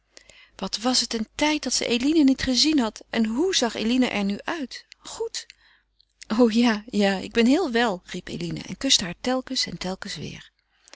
wat was het een tijd dat zij eline niet gezien had en hoe zag eline er uit goed o ja ja ik ben heel wel riep eline en kuste haar telkens en telkens weêr